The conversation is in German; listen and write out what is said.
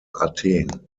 athen